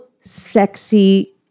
sexy